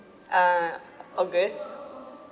uh august